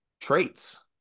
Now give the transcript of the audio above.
traits